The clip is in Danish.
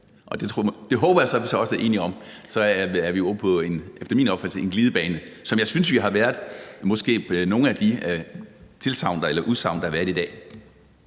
og det håber jeg vi så også er enige om, ude på en efter min opfattelse glidebane, som jeg synes vi måske har været i nogle af de udsagn, der har været i dag.